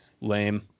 Lame